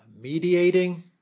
mediating